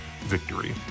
victory